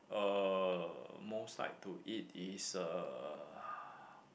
uh most like to eat is uh